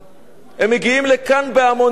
הם מגיעים לכאן בהמוניהם,